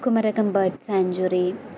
Kumarakom bird sanctuary